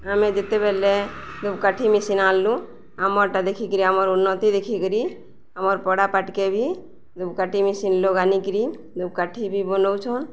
ଆମେ ଯେତେବେଲେ ଦୁପ୍କାଠି ମେସିନ୍ ଆଣିଲୁ ଆମଟା ଦେଖିକିରି ଆମର୍ ଉନ୍ନତି ଦେଖିକିରି ଆମର୍ ପଡ଼ାପାଟକେ ବି ଦୁପକାଠି ମେସିନ୍ ଲ ଆନିକିରି ଦୁବ କାଠି ବି ବନଉଛନ୍